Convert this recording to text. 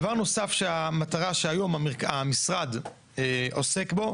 דבר נוסף, מטרה שהיום המשרד עוסק בה,